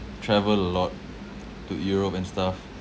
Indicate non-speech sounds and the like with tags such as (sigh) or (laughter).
travel a lot (noise) to europe and stuff